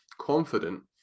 confident